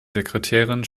sekretärin